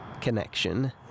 connection